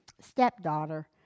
stepdaughter